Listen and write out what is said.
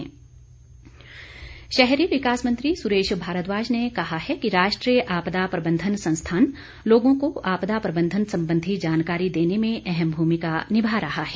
सुरेश भारद्वाज शहरी विकास मंत्री सुरेश भारद्वाज ने कहा है कि राष्ट्रीय आपदा प्रबंधन संस्थान लोगों को आपदा प्रबंधन संबंधी जानकारी देने में अहम भूमिका निभा रहा है